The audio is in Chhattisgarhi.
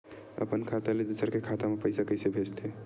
अपन खाता ले दुसर के खाता मा पईसा कइसे भेजथे?